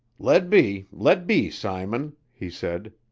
let be, let be, simon, he said,